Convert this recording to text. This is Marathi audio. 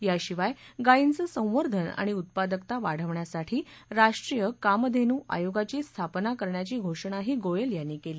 याशिवाय गायींचं संवंधन आणि उत्पादकता वाढवण्यासाठी राष्ट्रीय कामधेनू आयोगाची स्थापना करण्याची घोषणाही गोयल यांनी केली